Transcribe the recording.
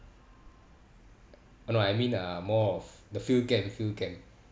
no I mean uh more of the field camp field camp